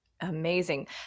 Amazing